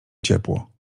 ciepło